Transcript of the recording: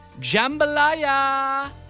Jambalaya